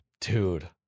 Dude